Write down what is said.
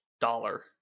dollar